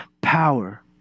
power